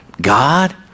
god